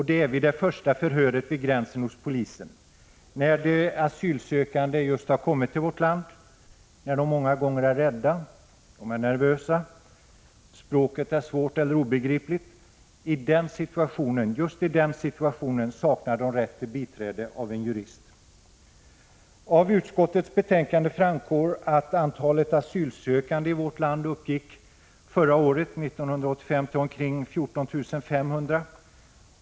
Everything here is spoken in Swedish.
Det är vid det första förhöret vid gränsen hos polisen, när de asylsökande just kommit till vårt land, när de många gånger är rädda och nervösa och finner språket svårt eller obegripligt. Just i den situationen saknar de rätt till biträde av en jurist. Av utskottets betänkande framgår att antalet asylsökande i vårt land år 1985 uppgick till omkring 14 500.